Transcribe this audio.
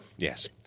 Yes